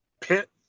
pit